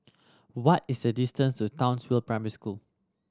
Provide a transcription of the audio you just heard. what is the distance to Townsville Primary School